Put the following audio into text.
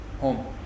home